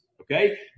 okay